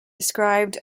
described